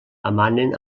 emanen